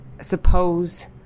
suppose